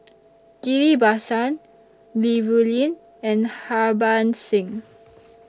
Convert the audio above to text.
Ghillie BaSan Li Rulin and Harbans Singh